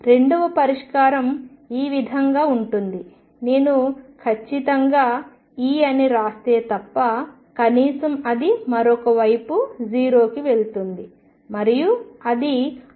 రెండవ పరిష్కారం ఈ విధంగా ఉంటుంది నేను ఖచ్చితంగా E అని వ్రాస్తే తప్ప కనీసం అదిమరొక వైపు 0కి వెళుతుంది మరియు అది ఆమోదయోగ్యమైనది